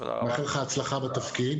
אני מאחל לך הצחה בתפקיד.